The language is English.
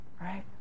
right